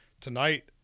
tonight